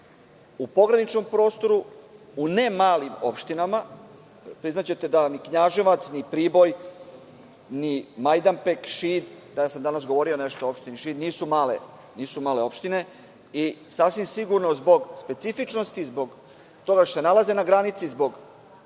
u pograničnom prostoru, u ne malim opštinama. Priznaćete da ni Knjaževac, ni Priboj, ni Majdanpek, Šid, ja sam danas govorio nešto o opštini Šid, nisu male opštine. Sasvim sigurno, zbog specifičnosti, zbog toga što se nalaze na granici, zbog